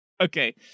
Okay